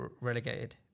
relegated